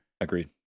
Agreed